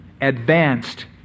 advanced